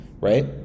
right